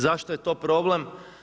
Zašto je to problem?